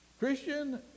Christian